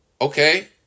Okay